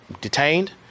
detained